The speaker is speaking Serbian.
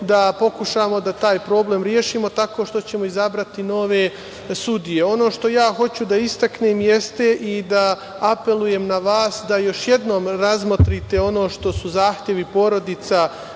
da pokušamo da taj problem rešimo tako što ćemo izabrati nove sudije. Ono što ja hoću da istaknem jeste i da apelujem na vas da još jednom razmotrite ono što su zahtevi porodica